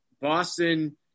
Boston